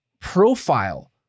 profile